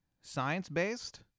science-based